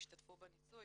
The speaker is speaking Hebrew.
שהשתתפו בניסוי